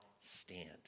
stand